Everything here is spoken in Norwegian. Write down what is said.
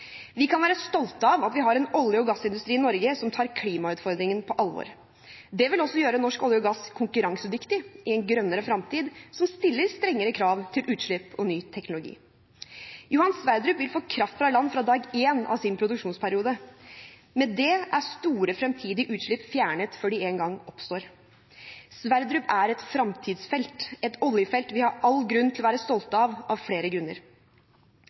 Vi kan være stolte av at vi har en olje- og gassindustri i Norge som tar klimautfordringen på alvor. Det vil også gjøre norsk olje og gass konkurransedyktig i en grønnere fremtid, som stiller strengere krav til utslipp og ny teknologi. Johan Sverdrup vil få kraft fra land fra dag én av sin produksjonsperiode. Med det er store fremtidige utslipp fjernet før de engang oppstår. Sverdrup er et fremtidsfelt, et oljefelt vi har all grunn til å være stolte av, av flere grunner.